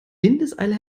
windeseile